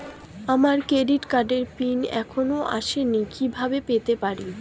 আমার ক্রেডিট কার্ডের পিন এখনো আসেনি কিভাবে পেতে পারি?